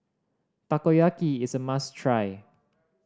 takoyaki is a must try